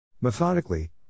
Methodically